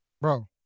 Bro